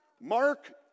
Mark